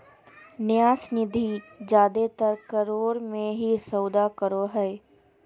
न्यास निधि जादेतर करोड़ मे ही सौदा करो हय